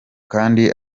kandi